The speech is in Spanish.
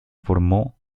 formó